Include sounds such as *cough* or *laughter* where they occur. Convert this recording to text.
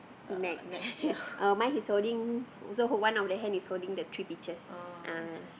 neck *laughs* uh mine he's holding also one of the hand is holding the three peaches ah